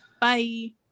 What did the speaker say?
Bye